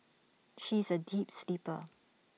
she is A deep sleeper